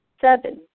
seven